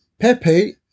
Pepe